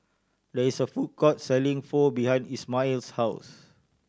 there is a food court selling Pho behind Ishmael's house